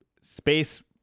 space